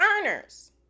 earners